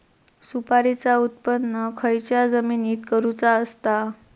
सुपारीचा उत्त्पन खयच्या जमिनीत करूचा असता?